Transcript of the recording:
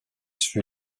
fut